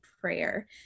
prayer